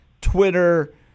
Twitter